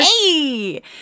Hey